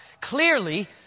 Clearly